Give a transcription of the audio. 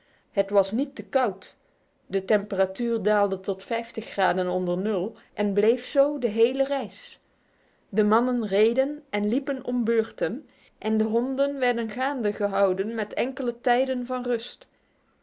het was niet te koud de temperatuur daalde tot onder nul en bleef zo de hele reis de mannen reden en liepen om beurten en de honden werden gaande gehouden met enkele tijden van rust